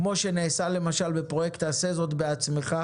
כמו שנעשה למשל בפרויקט "עשה זאת בעצמך",